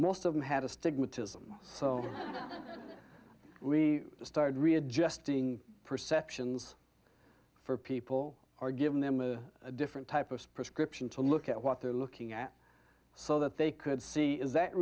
most of them had astigmatism so we started readjusting perceptions for people are giving them a different type of prescription to look at what they're looking at so that they could see is that